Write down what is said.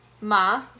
Ma